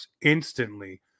instantly